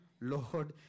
Lord